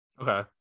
Okay